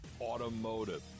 Automotive